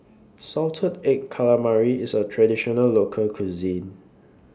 Salted Egg Calamari IS A Traditional Local Cuisine